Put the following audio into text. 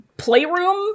playroom